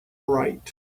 right